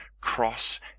cross